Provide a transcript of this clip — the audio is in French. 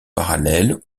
parallèles